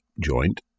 joint